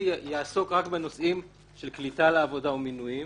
יעסוק רק בנושאים של קליטה לעבודה ומינויים,